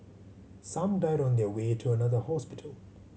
some died on their way to another hospital